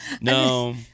no